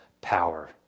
power